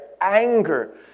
anger